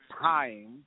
time